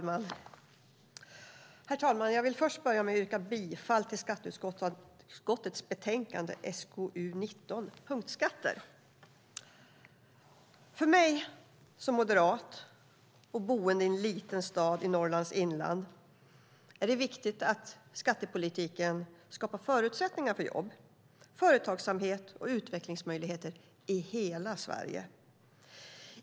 Herr talman! Jag vill börja med att yrka bifall till utskottets förslag i betänkande SkU19 Punktskatter . För mig som moderat och boende i en liten stad i Norrlands inland är det viktigt att skattepolitiken skapar förutsättningar för jobb, företagsamhet och utvecklingsmöjligheter i hela Sverige.